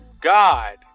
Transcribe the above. God